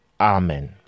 amen